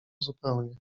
zupełnie